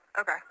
Okay